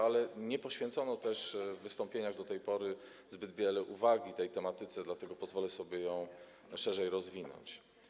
Ale nie poświęcono w wystąpieniach do tej pory zbyt wiele uwagi tej tematyce, dlatego pozwolę sobie ją szerzej rozwinąć.